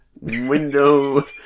Window